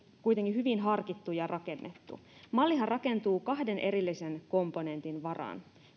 hyvin harkittu ja rakennettu mallihan rakentuu kahden erillisen komponentin varaan